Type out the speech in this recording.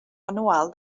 anual